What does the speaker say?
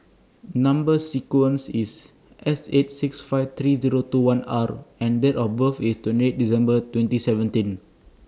Number sequence IS S eight six five three Zero two one R and Date of birth IS twenty eight December twenty seventeen